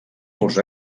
murs